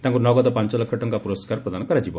ତାଙ୍କୁ ନଗଦ ପାଞ ଲକ୍ଷ ଟଙ୍କା ପୁରସ୍କାର ପ୍ରଦାନ କରାଯିବ